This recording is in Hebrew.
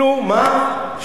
שטריימל, נכון?